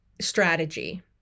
strategy